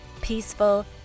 peaceful